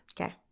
Okay